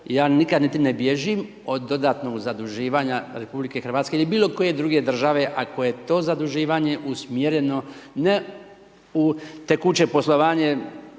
ja nikad niti ne bježim od dodatnog zaduživanja RH ili bilokoje druge države ako je to zaduživanje usmjereno ne u tekuće poslovanje